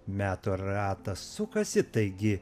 metų ratas sukasi taigi